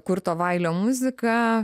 kurto vailio muziką